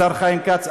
השר חיים כץ,